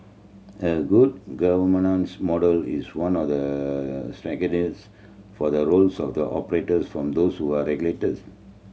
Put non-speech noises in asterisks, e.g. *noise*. a good *unintelligible* model is one *unintelligible* for the roles of the operators from those who are regulators